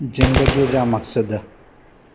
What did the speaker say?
ज़िंदगीअ जा मक़्सद